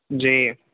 جی